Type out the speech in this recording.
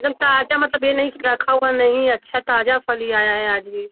एकदम ताज़ा मतलब यह नहीं कि रखा हुआ नहीं है ताज़ा फ़ल यह आया है आज ही